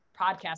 podcast